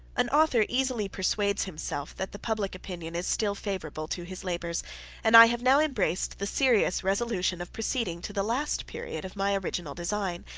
an author easily persuades himself that the public opinion is still favorable to his labors and i have now embraced the serious resolution of proceeding to the last period of my original design,